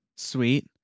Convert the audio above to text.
Sweet